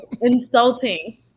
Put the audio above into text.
insulting